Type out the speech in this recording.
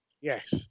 Yes